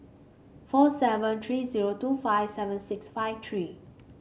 four seven three zero two five seven six five three